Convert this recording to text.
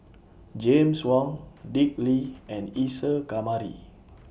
James Wong Dick Lee and Isa Kamari